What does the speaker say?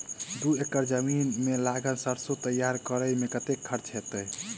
दू एकड़ जमीन मे लागल सैरसो तैयार करै मे कतेक खर्च हेतै?